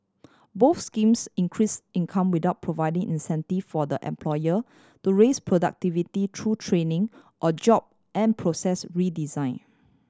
both schemes increased income without providing incentive for the employer to raise productivity through training or job and process redesign